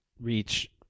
reach